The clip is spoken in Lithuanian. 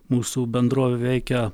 mūsų bendrovė veikia